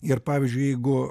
ir pavyzdžiui jeigu